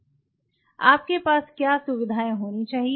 आपके पास क्या सुविधाएँ होनी चाहिए